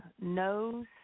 knows